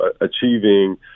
achieving